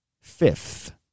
fifth